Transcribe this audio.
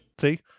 see